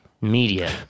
Media